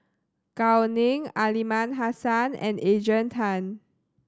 Gao Ning Aliman Hassan and Adrian Tan